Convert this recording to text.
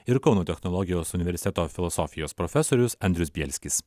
ir kauno technologijos universiteto filosofijos profesorius andrius bielskis